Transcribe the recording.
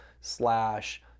slash